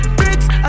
bricks